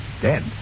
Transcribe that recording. Dead